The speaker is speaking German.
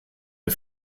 der